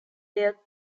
their